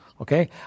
Okay